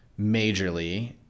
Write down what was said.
majorly